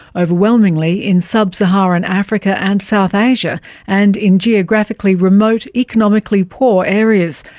overwhelmingly in sub-saharan africa and south asia and in geographically remote, economically poor areas.